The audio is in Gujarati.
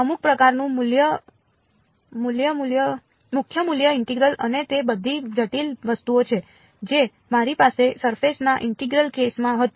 અમુક પ્રકારનું મુખ્ય મૂલ્ય ઇન્ટિગ્રલ અને તે બધી જટિલ વસ્તુઓ જે મારી પાસે સરફેસ ના ઇન્ટિગ્રલ કેસમાં હતી